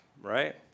right